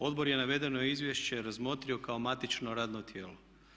Odbor je navedeno izvješće razmotrio kao matično radno tijelo.